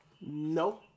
No